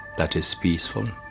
that is peaceful,